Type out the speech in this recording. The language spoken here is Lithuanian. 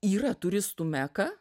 yra turistų meka